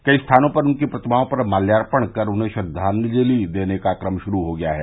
कई स्थानों पर उनके प्रतिमाओं पर माल्यार्पण कर उन्हें श्रद्वाजलि देने का क्रम शुरू हो गया है